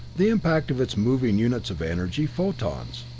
the impact of its moving units of energy photons.